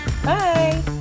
Bye